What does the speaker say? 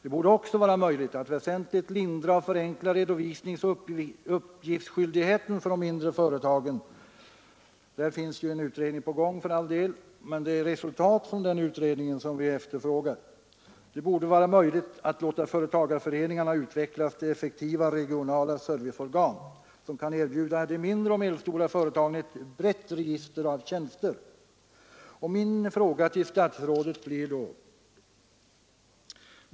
Det borde också vara möjligt att väsentligt lindra och förenkla redovisningsoch uppgiftsskyldigheten för de mindre företagen. Där finns för all del en utredning på gång, men det är resultat från utredningen som vi efterfrågar. Det borde dessutom vara möjligt att låta företagarföreningarna utvecklas till effektiva regionala serviceorgan, som kan erbjuda de mindre och medelstora företagen ett brett register av tjänster.